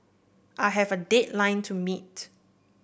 I have a deadline to meet